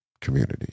community